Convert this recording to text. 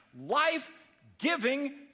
life-giving